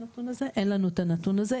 אין לנו את הנתון הזה.